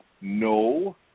No